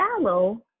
shallow